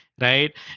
right